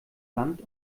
land